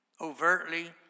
overtly